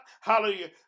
hallelujah